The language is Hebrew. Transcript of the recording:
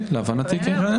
להבנתי, כן.